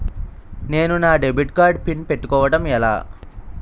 నేను నా debit card PIN పెట్టుకోవడం ఎలా?